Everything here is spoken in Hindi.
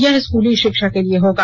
यह स्कूली षिक्षा के लिए होगा